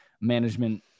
management